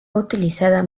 utilizada